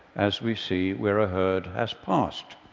as we see where a herd has passed.